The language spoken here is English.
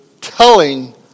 telling